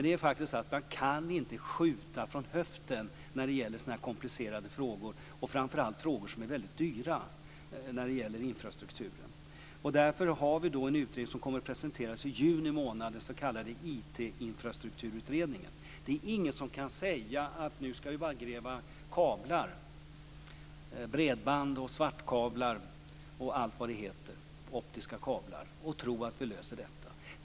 Det är faktiskt så att man inte kan skjuta från höften när det gäller sådana här komplicerade frågor, och framför allt frågor som är väldigt dyra när det gäller infrastrukturen. Därför har vi en utredning som kommer att presenteras i juni månad, den s.k. IT-infrastrukturutredningen. Det är ingen som bara kan säga: Nu skall vi gräva kablar, bredband, svartkablar, optiska kablar och allt vad det heter, och tro att vi löser detta.